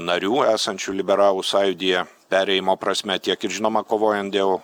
narių esančių liberalų sąjūdyje perėjimo prasme tiek ir žinoma kovojant dėl